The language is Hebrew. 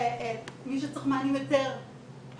מי שצריך מענים יותר הדוקים,